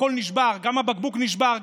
הכול נשבר: גם הבקבוק נשבר,